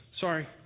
Sorry